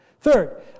Third